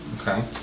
Okay